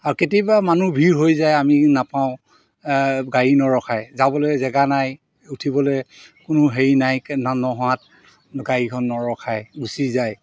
আৰু কেতিয়াবা মানুহ ভিৰ হৈ যায় আমি নাপাওঁ গাড়ী নৰখায় যাবলৈ জেগা নাই উঠিবলৈ কোনো হেৰি নাই নোহোৱাত গাড়ীখন নৰখায় গুচি যায়